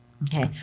Okay